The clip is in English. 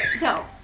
No